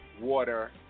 water